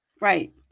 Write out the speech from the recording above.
Right